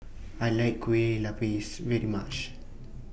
I like Kueh Lupis very much